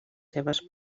seves